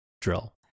drill